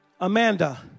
Amanda